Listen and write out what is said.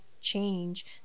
change